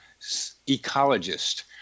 ecologist